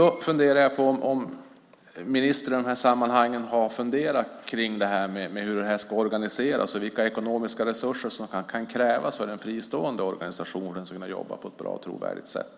Då undrar jag om ministern i de här sammanhangen har funderat på hur det här ska organiseras och vilka ekonomiska resurser som här kan krävas för att den fristående organisationen ska kunna jobba på ett bra och trovärdigt sätt.